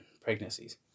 pregnancies